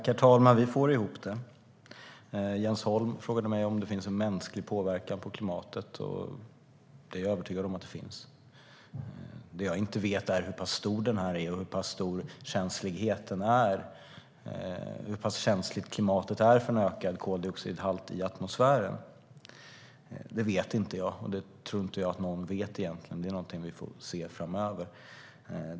Herr talman! Vi får ihop det. Jens Holm frågade mig om det finns en mänsklig påverkan på klimatet. Det är jag övertygad om att det gör. Men jag vet inte hur pass stor den är och hur pass känsligt klimatet är för en ökad koldioxidhalt i atmosfären. Det vet inte jag. Det tror jag inte att någon vet egentligen. Det får vi se framöver.